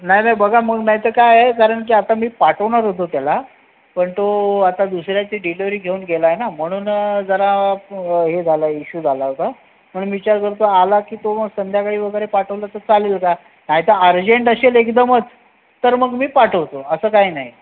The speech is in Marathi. नाही नाही बघा मग नाही तर काय आहे कारण की आता मी पाठवणार होतो त्याला पण तो आता दुसऱ्याची डिलिवरी घेऊन गेला आहे ना म्हणून जरा हे झालं इशू झाला होता म्हणून विचार करतो आहे आला की तो मग संध्याकाळी वगैरे पाठवलं तर चालेल का नाही तर अर्जेंट असेल एकदमच तर मग मी पाठवतो असं काही नाही